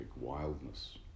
wildness